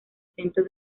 centro